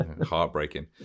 heartbreaking